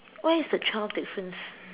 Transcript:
what is the twelve difference